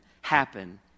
happen